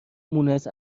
مونس